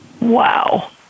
Wow